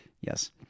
Yes